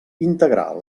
integrar